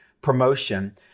promotion